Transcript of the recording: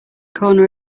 corner